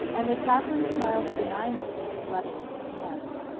and the chaplain smiled benignly, rubbing his hands.